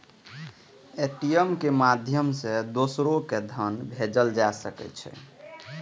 ATM के माध्यम सं दोसरो कें धन भेजल जा सकै छै